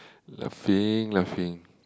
laughing laughing